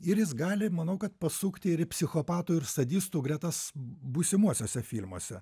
ir jis gali manau kad pasukti ir psichopatų ir sadistų gretas būsimuosiuose filmuose